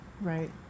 Right